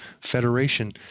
federation